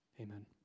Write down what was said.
Amen